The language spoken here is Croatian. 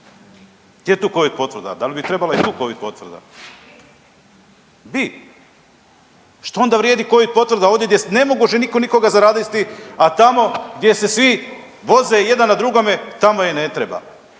Gdje je tu covid potvrda? Da li bi trebala i tu covid potvrda? Bi. Što onda vrijedi covid potvrda ovdje ne možemo niko nikoga zaraziti, a tamo gdje se svi voze jedan na drugome tamo je ne treba.